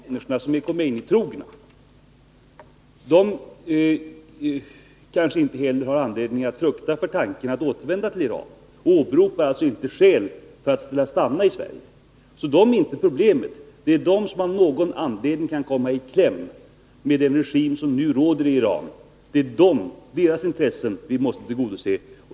Herr talman! Men de människor som är Khomeinitrogna har kanske inte anledning att frukta tanken att återvända till Iran, och de åberopar alltså inte skäl för att vilja stanna i Sverige. De är inte problemet, utan det är de som av någon anledning kan komma i kläm med den regim som nu råder i Iran — det är deras intressen som vi måste tillgodose.